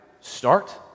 start